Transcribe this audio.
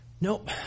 Nope